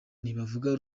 ntibavuga